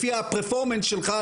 לפי התפקוד שלך,